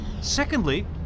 Secondly